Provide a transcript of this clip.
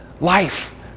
life